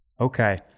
Okay